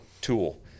tool